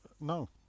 No